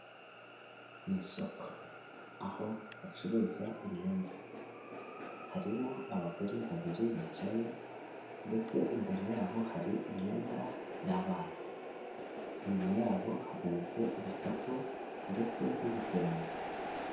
Mu isoko aho bacuruza imyenda harimo abagore babiri bicaye ndetse imbere yabo hari imyenda y'abana, inyuma yabo hamanitse ibikapu ndetse n'ibitenge.